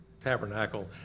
tabernacle